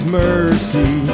mercy